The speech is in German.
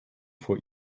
vor